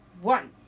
one